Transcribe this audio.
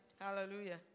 hallelujah